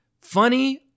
funny